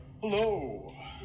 Hello